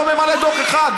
לא ממלא דוח אחד,